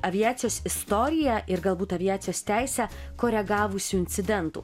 aviacijos istoriją ir galbūt aviacijos teisę koregavusių incidentų